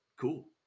cool